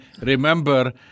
remember